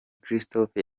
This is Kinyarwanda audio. christopher